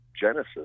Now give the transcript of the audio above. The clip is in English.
Genesis